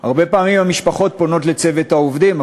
הרבה פעמים המשפחות פונות לצוות העובדים,